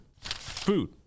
food